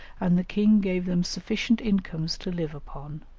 and the king gave them sufficient incomes to live upon.